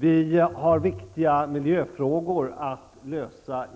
Vi i Europa har att lösa viktiga miljöfrågor, och dessa